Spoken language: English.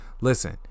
Listen